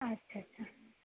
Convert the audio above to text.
আচ্ছা আচ্ছা